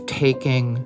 taking